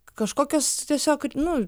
kažkokios tiesiog nu